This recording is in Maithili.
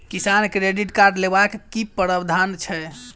किसान क्रेडिट कार्ड लेबाक की प्रावधान छै?